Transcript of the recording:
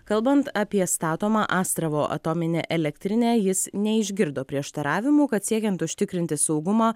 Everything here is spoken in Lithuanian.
kalbant apie statomą astravo atominę elektrinę jis neišgirdo prieštaravimų kad siekiant užtikrinti saugumą